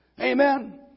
Amen